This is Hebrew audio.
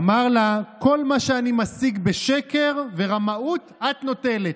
אמר לה: כל מה שאני משיג בשקר ורמאות את נוטלת.